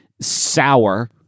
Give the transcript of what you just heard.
sour